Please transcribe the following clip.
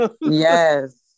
Yes